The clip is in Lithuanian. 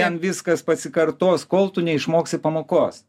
jam viskas pasikartos kol tu neišmoksi pamokos